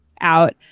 out